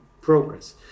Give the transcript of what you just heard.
progress